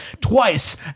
twice